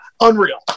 unreal